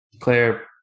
Claire